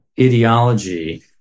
ideology